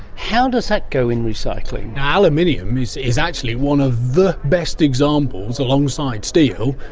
how does that go in recycling? aluminium is is actually one of the best examples, alongside steel,